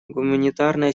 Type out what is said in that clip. гуманитарная